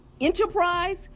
enterprise